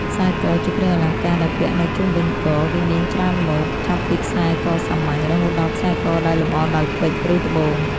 ខ្សែក ជាគ្រឿងអលង្ការដែលពាក់នៅជុំវិញក វាមានច្រើនម៉ូត ចាប់ពីខ្សែកសាមញ្ញ រហូតដល់ខ្សែកដែលលម្អដោយពេជ្រ ឬត្បូង។